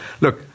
Look